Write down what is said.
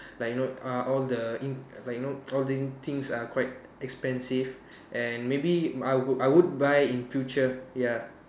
like you know uh all the in like you know all these things are quite expensive and maybe I would I would buy in future ya